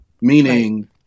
Meaning